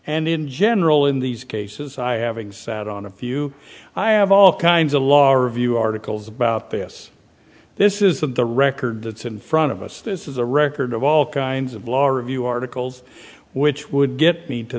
and in general in these cases i have exact on a few i have all kinds of lawyer review articles about this this isn't the record that's in front of us this is a record of all kinds of law review articles which would get me to